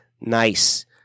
Nice